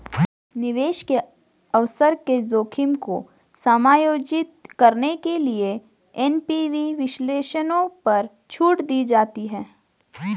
निवेश के अवसर के जोखिम को समायोजित करने के लिए एन.पी.वी विश्लेषणों पर छूट दी जाती है